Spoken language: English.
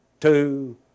two